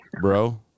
bro